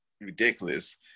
ridiculous